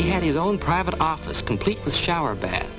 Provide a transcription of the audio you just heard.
he had his own private office complete with shower ba